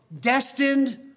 destined